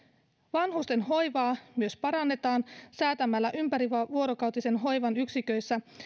vanhusten hoivaa myös parannetaan säätämällä ympärivuorokautisen hoivan yksiköissä